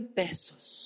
pesos